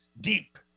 deep